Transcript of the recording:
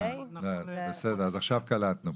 בסדר, אז עכשיו קלטנו,